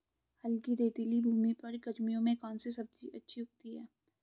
हल्की रेतीली भूमि पर गर्मियों में कौन सी सब्जी अच्छी उगती है?